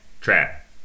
trap